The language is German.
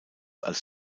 als